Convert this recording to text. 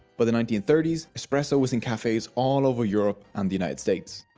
by the nineteen thirty s espresso was in cafes all over europe and the united states.